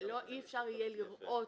שאי אפשר יהיה לראות